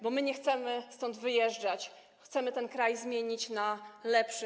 Bo my nie chcemy stąd wyjeżdżać, chcemy ten kraj zmienić na lepszy.